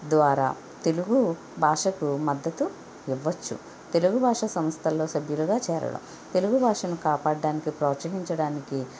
ద్వారా తెలుగు భాషకు మద్దతు ఇవ్వచ్చు తెలుగు భాష సంస్థల్లో సభ్యులుగా చేరడం తెలుగు భాషను కాపాడడానికి ప్రోత్సహించడానికి